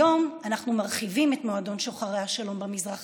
היום אנחנו מרחיבים את מועדון שוחרי השלום במזרח